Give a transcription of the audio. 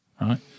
right